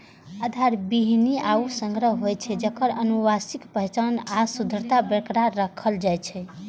आधार बीहनि ऊ संग्रह होइ छै, जेकर आनुवंशिक पहचान आ शुद्धता बरकरार राखल जाइ छै